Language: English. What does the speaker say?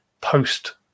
post